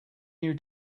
new